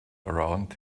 around